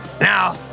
Now